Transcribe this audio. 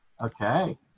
okay